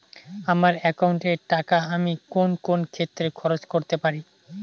আমার একাউন্ট এর টাকা আমি কোন কোন ক্ষেত্রে খরচ করতে পারি?